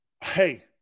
Hey